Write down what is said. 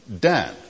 Dan